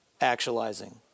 actualizing